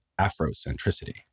Afrocentricity